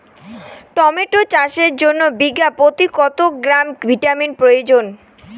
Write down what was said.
Tomato চাষের জন্য বিঘা প্রতি কত গ্রাম ভিটামিন প্রয়োজন?